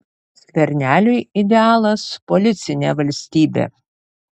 skverneliui idealas policinė valstybė